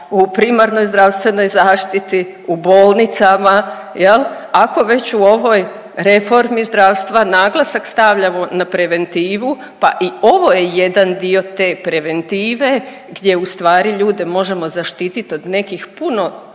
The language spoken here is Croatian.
u primarnoj zdravstvenoj zaštiti, u bolnicama jel, ako već u ovoj reformi zdravstva naglasak stavljamo na preventivu pa i ovo je jedan dio te preventive gdje ustvari ljude možemo zaštitit od nekih puno